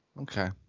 okay